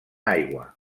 aigua